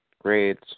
grades